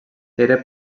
era